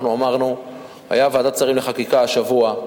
היתה ועדת שרים לחקיקה השבוע,